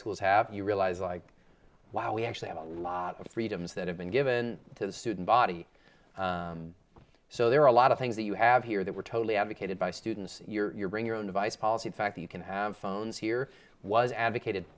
schools have you realize like wow we actually have a lot of freedoms that have been given to the student body so there are a lot of things that you have here that were totally advocated by students you're bring your own device policy in fact you can have phones here was advocated